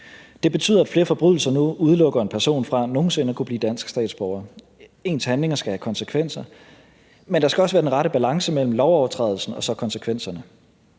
Det betyder, at flere forbrydelser nu udelukker en person fra nogen sinde at kunne blive dansk statsborger; ens handlinger skal have konsekvenser. Men der skal også være den rette balance mellem lovovertrædelsen og så konsekvenserne.